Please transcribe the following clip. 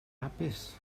hapus